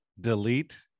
delete